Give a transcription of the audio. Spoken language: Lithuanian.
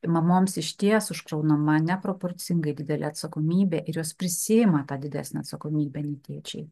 ir mamoms išties užkraunama neproporcingai didelė atsakomybė ir jos prisiima tą didesnę atsakomybę nei tėčiai